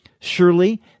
Surely